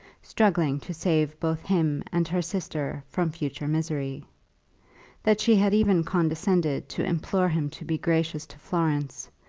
struggling to save both him and her sister from future misery that she had even condescended to implore him to be gracious to florence,